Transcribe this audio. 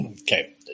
Okay